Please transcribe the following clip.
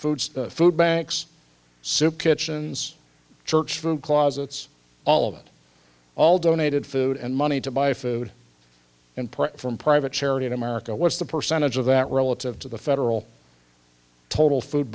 foods food banks soup kitchens church food closets all of it all donated food and money to buy food and part from private charity in america what's the percentage of that relative to the federal total food